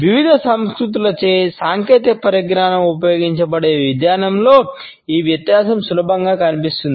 వివిధ సంస్కృతులచే సాంకేతిక పరిజ్ఞానం ఉపయోగించబడే విధానంలో ఈ వ్యత్యాసం సులభంగా కనిపిస్తుంది